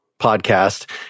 podcast